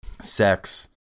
Sex